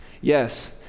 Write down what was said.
Yes